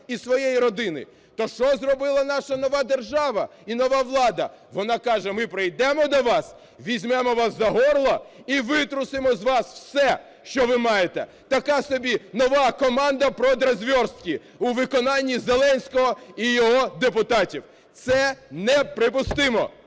і своєї родини. То що зробила наша нова держава і нова влада? Вона каже: ми прийдемо до вас, візьмемо вас за горло і витрусимо з вас все, що ви маєте, така собі нова команда продрозверстки у виконанні Зеленського і його депутатів. Це неприпустимо!